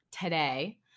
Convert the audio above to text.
today